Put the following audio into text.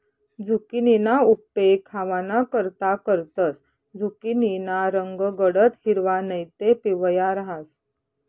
झुकिनीना उपेग खावानाकरता करतंस, झुकिनीना रंग गडद हिरवा नैते पिवया रहास